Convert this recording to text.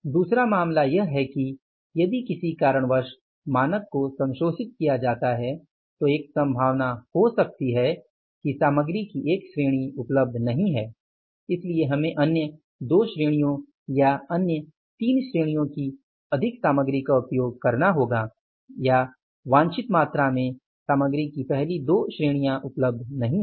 दूसरा मामला यह है कि यदि किसी कारण से मानक को संशोधित किया जाता है तो एक संभावना हो सकती है कि सामग्री की एक श्रेणी उपलब्ध नहीं है इसलिए हमें अन्य 2 श्रेणियों या अन्य 3 श्रेणियों की अधिक सामग्री का उपयोग करना होगा या वांछित मात्रा में सामग्री की पहली 2 श्रेणियां उपलब्ध नहीं हैं